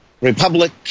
Republic